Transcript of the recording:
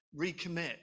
recommit